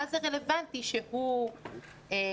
אז מה זה רלוונטי שהוא חרדי,